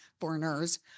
foreigners